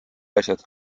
asjad